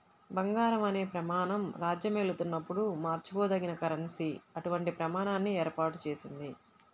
బంగారం అనే ప్రమాణం రాజ్యమేలుతున్నప్పుడు మార్చుకోదగిన కరెన్సీ అటువంటి ప్రమాణాన్ని ఏర్పాటు చేసింది